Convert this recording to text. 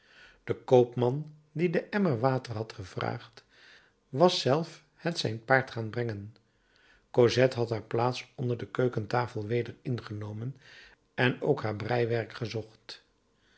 de koopman die den emmer water had gevraagd was zelf het zijn paard gaan brengen cosette had haar plaats onder de keukentafel weder ingenomen en ook haar breiwerk gezocht